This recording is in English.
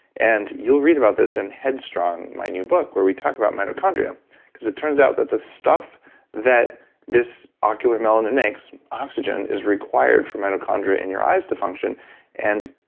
and you'll read about this in head strong, my new book, where we talk about mitochondria cause it turns out that the stuff that this ocular melanin makes, oxygen, is required for mitochondria in your eyes to function and,